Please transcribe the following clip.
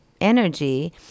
energy